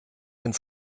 ins